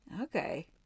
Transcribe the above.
Okay